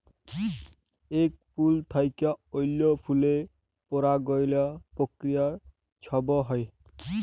ইক ফুল থ্যাইকে অল্য ফুলে পরাগায়ল পক্রিয়া ছব হ্যয়